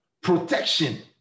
protection